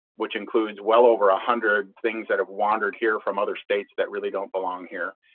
which includes well over a hundred things that have wandered here from other states that really don't belong here.